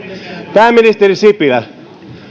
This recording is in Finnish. pääministeri sipilä